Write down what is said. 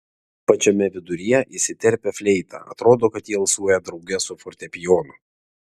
pačiame viduryje įsiterpia fleita atrodo kad ji alsuoja drauge su fortepijonu